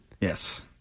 Yes